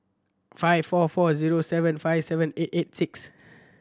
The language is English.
five four four zero seven five seven eight eight six